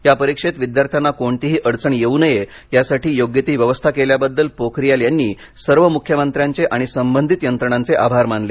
या परीक्षेत विद्यार्थ्यांना कोणतीही अडचण येऊ नये यासाठी योग्य ती व्यवस्था केल्याबद्दल पोखरियाल यानी सर्व मुख्यमंत्र्यांचे आणि संबधित यंत्रणांचे आभार मानले